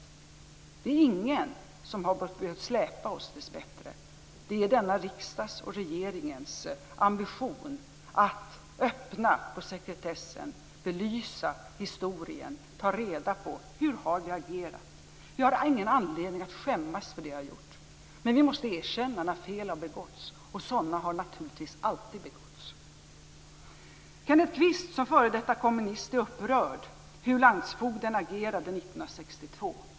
Det är ingen som har behövt släpa oss, dessbättre. Det är denna riksdags och regeringens ambition att öppna på sekretessen, belysa historien och ta reda på hur vi har agerat. Vi har ingen anledning att skämmas för det vi har gjort men vi måste erkänna när fel har begåtts, och sådana har naturligtvis alltid begåtts. Kenneth Kvist är som f.d. kommunist upprörd över hur landsfogden agerade 1962.